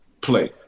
play